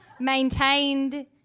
maintained